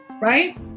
right